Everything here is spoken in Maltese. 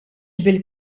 bil